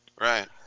right